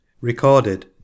Recorded